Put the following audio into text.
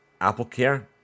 AppleCare